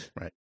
right